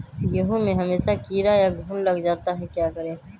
गेंहू में हमेसा कीड़ा या घुन लग जाता है क्या करें?